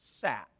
sat